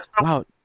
wow